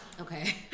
Okay